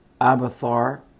Abathar